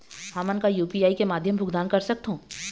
हमन का यू.पी.आई के माध्यम भुगतान कर सकथों?